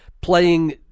playing